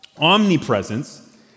omnipresence